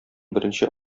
беренче